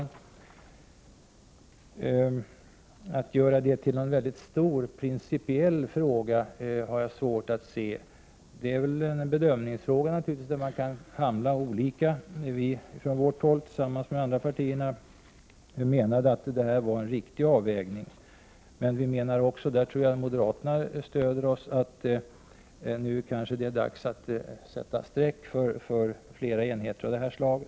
Jag har svårt att se att man kan göra detta till en stor principiell fråga. Det är naturligtvis en bedömningsfråga där man kan handla olika. Vi socialdemokrater, tillsammans med andra partier menar att detta var en riktig avvägning. Men vi menar också, och där tror jag att moderaterna stöder oss, att det nu kanske är dags att sätta ett streck för fler enheter av detta slag.